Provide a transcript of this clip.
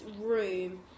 room